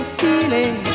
feeling